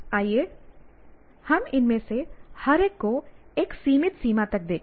आइए हम इनमें से हर एक को एक सीमित सीमा तक देखें